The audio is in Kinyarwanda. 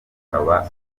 akaba